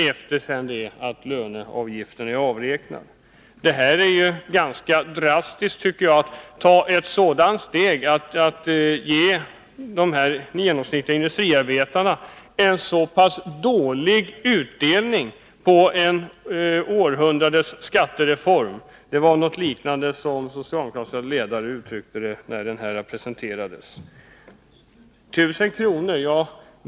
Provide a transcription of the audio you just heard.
efter det att löneavgiften är avräknad. Det är ju ganska drastiskt, tycker jag, att ta ett sådant steg och ge den här industriarbetaren en så pass dålig utdelning på århundradets skattereform. Det var något i den stilen som uttalades av en socialdemokratisk ledare när förslaget presenterades. Det talas om 1000 kr.